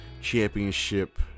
Championship